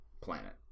planet